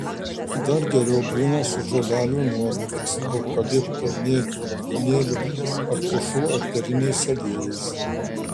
dar geriau būna su žolelių nuovirais eukalipto mėtų raudonėlių ar pušų eteriniais aliejais